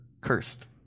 cursed